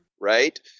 Right